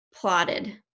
plotted